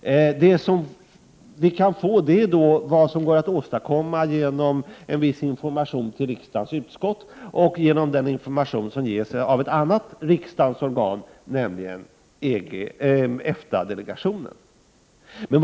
Det som vi kan få är vad som går att åstadkomma genom en viss information till riksdagens utskott och genom den information som ges av ett annat riksdagsorgan, nämligen EFTA-delegationen.